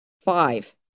Five